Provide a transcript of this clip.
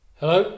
hello